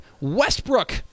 Westbrook